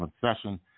session